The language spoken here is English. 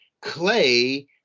Clay